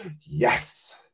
yes